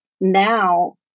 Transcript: now